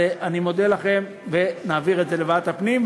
אני מודה לכם, ונעביר את זה לוועדת הפנים.